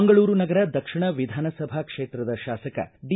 ಮಂಗಳೂರು ನಗರ ದಕ್ಷಿಣ ವಿಧಾನಸಭಾ ಕ್ಷೇತ್ರದ ಶಾಸಕ ಡಿ